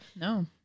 no